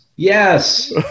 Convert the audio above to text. yes